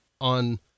on